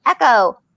Echo